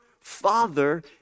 father